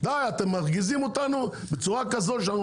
אתם מרגיזים אותנו בצורה כזאת,